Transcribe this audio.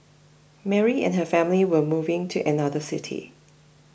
Mary and her family were moving to another city